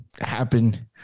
happen